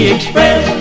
Express